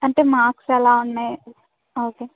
అంటే మర్క్స్ ఎలా ఉన్నాయి ఓకే